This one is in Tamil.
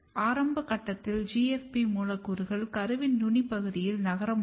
ஆரம்ப கட்டத்தில்GFP மூலக்கூறுகள் கருவின் நுனி பகுதியில் நகர முடியும்